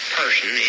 person